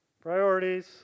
Priorities